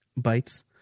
bytes